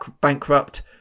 bankrupt